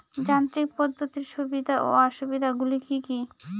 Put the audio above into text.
যান্ত্রিক পদ্ধতির সুবিধা ও অসুবিধা গুলি কি কি?